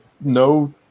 no